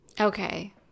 Okay